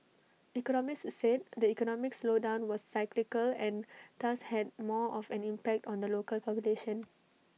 economists said the economic slowdown was cyclical and thus had more of an impact on the local population